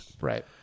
Right